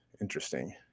Interesting